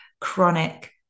chronic